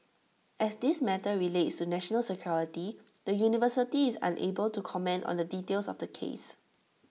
as this matter relates to national security the university is unable to comment on the details of the case